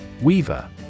weaver